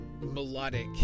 Melodic